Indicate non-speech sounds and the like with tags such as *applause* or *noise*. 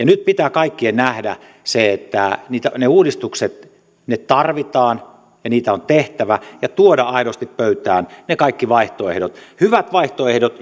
*unintelligible* nyt pitää kaikkien nähdä se että ne uudistukset tarvitaan ja niitä on tehtävä ja tuoda aidosti pöytään ne kaikki vaihtoehdot hyvät vaihtoehdot *unintelligible*